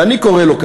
ואני קורא לו,